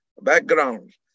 background